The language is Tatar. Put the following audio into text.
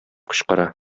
кычкыра